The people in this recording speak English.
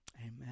amen